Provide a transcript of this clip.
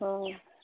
অঁ